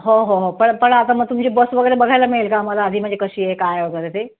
हो हो हो पण पण आता मग तुम्ही जी बस वगैरे बघायला मिळेल का आम्हाला आधी म्हणजे कशी आहे काय वगैरे ते